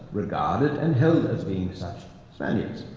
regarded and held as being such spaniards.